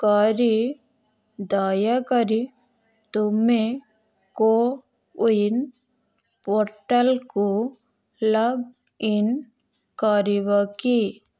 କରି ଦୟାକରି ତୁମେ କୋୱିନ୍ ପୋର୍ଟାଲ୍କୁ ଲଗ୍ଇନ୍ କରିବ କି